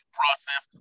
process